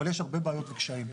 אבל יש הרבה בעיות וקשיים.